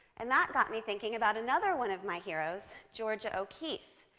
and that got me thinking about another one of my heroes, georgia o'keeffe,